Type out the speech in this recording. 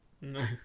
No